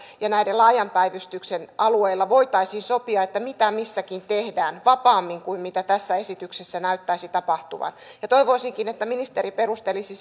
ja laajan päivystyksen alueilla voitaisiin sopia mitä missäkin tehdään vapaammin kuin tässä esityksessä näyttäisi tapahtuvan toivoisinkin että ministeri perustelisi